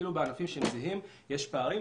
אפילו בענפים שהם זהים יש פערים,